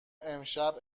امشب